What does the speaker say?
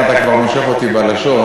אם אתה כבר מושך אותי בלשון,